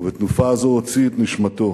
ובתנופה הזאת הוציא את נשמתו,